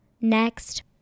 Next